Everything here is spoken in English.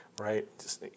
right